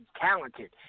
talented